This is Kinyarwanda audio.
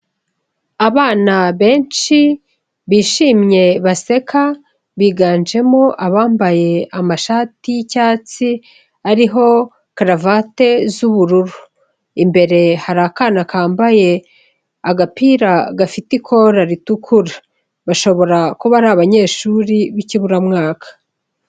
Abana benshi bishimye baseka biganjemo abambaye amashati y'icyatsi ariho karavate z'ubururu, imbere hari akana kambaye agapira gafite ikora ritukura bashobora kuba ari abanyeshuri b'ikiburamwaka.